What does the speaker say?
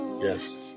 Yes